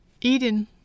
Eden